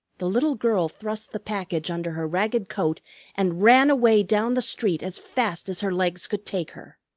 the little girl thrust the package under her ragged coat and ran away down the street as fast as her legs could take her.